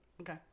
Okay